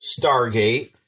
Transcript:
Stargate